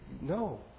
no